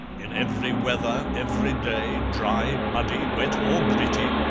in every weather, every day, dry, muddy, wet, or gritty,